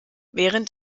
während